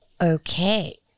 Okay